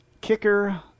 kicker